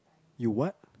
you what